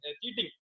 Cheating